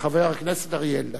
חבר הכנסת אריה אלדד.